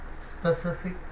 specific